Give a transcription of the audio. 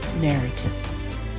narrative